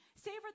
savor